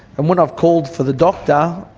and when i've called for the doctor,